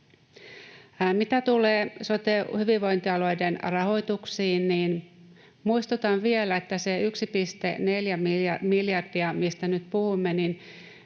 Mitä tulee hyvinvointialueiden rahoituksiin, niin muistutan vielä, että siitä 1,4 miljardista, mistä nyt puhumme,